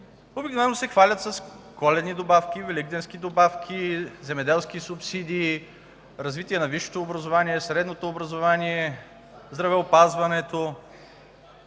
обикновено се хвалят с коледни добавки, великденски добавки, земеделски субсидии, развитие на висшето образование, средното образование, здравеопазването.